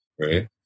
Right